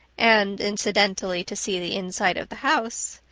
and incidentally to see the inside of the house.